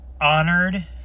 honored